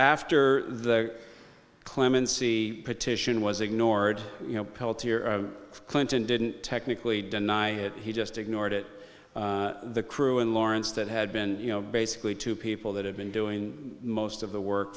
fter the clemency petition was ignored you know peltier clinton didn't technically deny it he just ignored it the crew and laurence that had been you know basically two people that have been doing most of the work